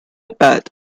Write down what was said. path